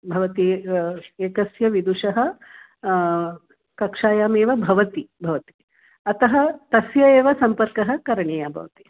भवति एकस्य विदुषः कक्षायामेव भवति भवति अतः तस्य एव सम्पर्कः करणीयः भवति